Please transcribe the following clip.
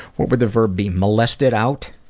what would the verb be? molested out.